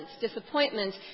disappointment